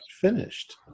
finished